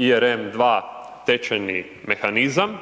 ERN 2 tečajni mehanizam.